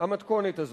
המתכונת הזאת.